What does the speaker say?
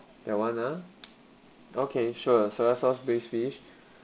that one ah okay sure soya sauce braised fish